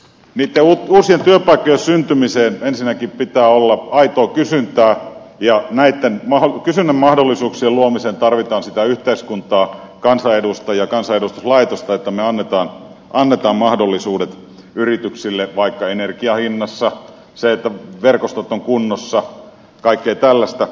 niitten uusien työpaikkojen syntymiseen ensinnäkin pitää olla aitoa kysyntää ja näitten kysynnän mahdollisuuksien luomiseen tarvitaan sitä yhteiskuntaa kansanedustajia kansanedustuslaitosta että me annamme mahdollisuudet yrityksille vaikka energian hinnassa että verkostot ovat kunnossa kaikkea tällaista